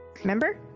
Remember